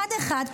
אחד-אחד,